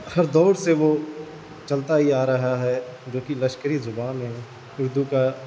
ہر دور سے وہ چلتا ہی آ رہا ہے جوکہ لشکری زبان ہے اردو کا